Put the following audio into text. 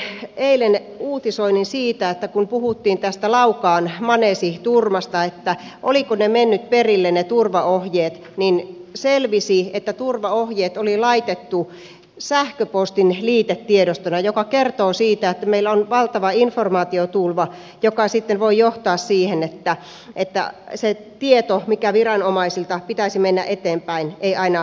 huomasin eilen uutisoinnin siitä kun puhuttiin tästä laukaan maneesiturmasta olivatko turvaohjeet menneet perille niin selvisi että turvaohjeet oli laitettu sähköpostin liitetiedostona mikä kertoo siitä että meillä on valtava informaatiotulva joka sitten voi johtaa siihen että se tieto minkä viranomaisilta pitäisi mennä eteenpäin ei aina menekään